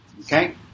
Okay